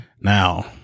Now